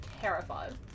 Terrified